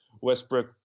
Westbrook